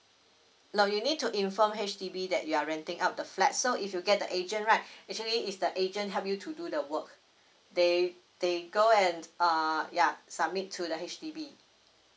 no you need to inform H_D_B that you are renting out the flat so if you get the agent right actually is the agent help you to do the work they they go and err ya submit to the H_D_B